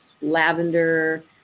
lavender